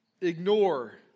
ignore